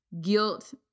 Guilt